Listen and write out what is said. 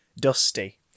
dusty